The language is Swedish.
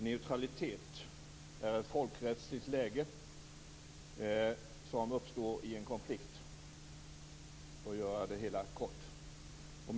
Neutralitet är ett folkrättsligt läge som uppstår i en konflikt, för att göra det hela kort.